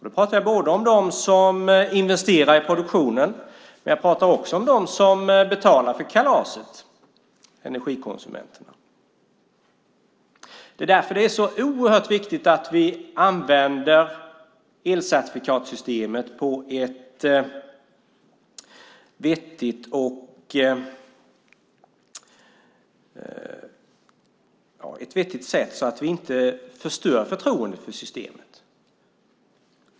Det handlar då både om dem som investerar i produktionen och om dem som betalar för kalaset, energikonsumenterna. Därför är det oerhört viktigt att vi använder elcertifikatssystemet på ett vettigt sätt så att vi inte förstör förtroendet för systemet.